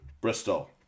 Bristol